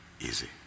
Easy